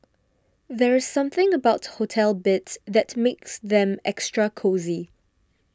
there's something about hotel beds that makes them extra cosy